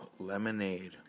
lemonade